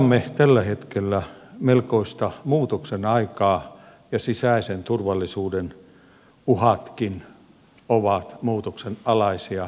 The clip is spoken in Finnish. me elämme tällä hetkellä melkoista muutoksen aikaa ja sisäisen turvallisuuden uhatkin ovat muutoksenalaisia